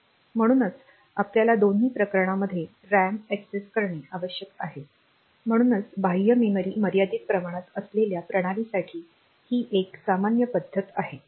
स्मृती म्हणूनच आपल्याला दोन्ही प्रकरणांमध्ये रॅम एक्सेस करणे आवश्यक आहे म्हणूनच बाह्य मेमरी मर्यादित प्रमाणात असलेल्या प्रणालींसाठी ही एक सामान्य पद्धत आहे